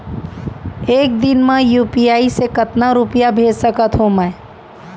एक दिन म यू.पी.आई से कतना रुपिया भेज सकत हो मैं?